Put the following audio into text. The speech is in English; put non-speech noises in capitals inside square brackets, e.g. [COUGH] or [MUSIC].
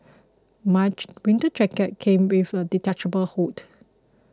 [UNINTELLIGIBLE] winter jacket came with a detachable hood